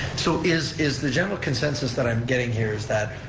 so, is is the general consensus that i'm getting here is that